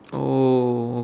oh